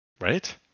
Right